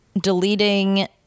deleting